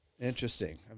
interesting